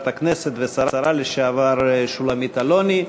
הכנסת והשרה לשעבר שולמית אלוני,